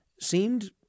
seemed